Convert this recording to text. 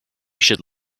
should